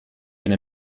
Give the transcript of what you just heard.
been